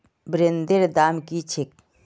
ब्रेदेर दाम की छेक